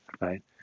right